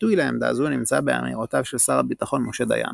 ביטוי לעמדה זו נמצא באמירותיו של שר הביטחון משה דיין